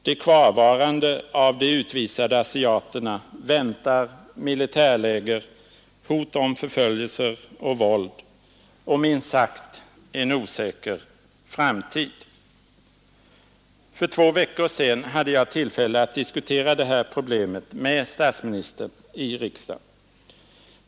De kvarvarande av de utvisade asiaterna väntar militärläger, hot om förföljelse och våld och, minst sagt, en osäker framtid. För två veckor sedan hade jag tillfälle att diskutera det här problemet med statsministern i riksdagen.